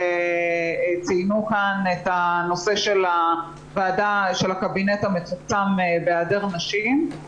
שציינו כאן את הקבינט המצומצם והיעדר נשים.